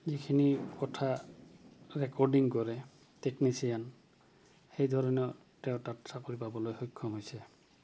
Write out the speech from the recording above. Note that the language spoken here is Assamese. যিখিনি কথা ৰেকৰ্ডিং কৰে টেকনিচিয়ান সেইধৰণে তেওঁ তাত চাকৰি পাবলৈ সক্ষম হৈছে